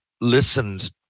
listened